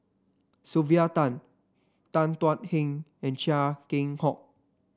Sylvia Tan Tan Thuan Heng and Chia Keng Hock